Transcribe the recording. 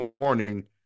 morning